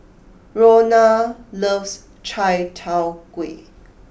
Rhona loves Chai Tow Kuay